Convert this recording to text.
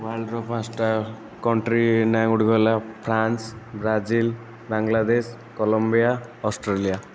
world ର ପାଞ୍ଚଟା country ନାଁ ଗୁଡ଼ିକ ହେଲା France Brazil Bangladesh Colombia Australia